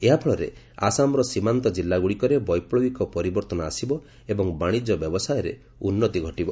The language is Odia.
ଏହା ଫଳରେ ଆସାମର ସୀମାନ୍ତ ଜିଲ୍ଲାଗୁଡ଼ିକରେ ବୈପ୍ଲବିକ ପରିବର୍ତ୍ତନ ଆସିବ ଏବଂ ବାଣିଜ୍ୟ ବ୍ୟବସାୟରେ ଉନ୍ନତି ଘଟିବ